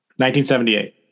1978